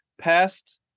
past